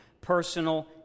personal